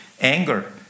anger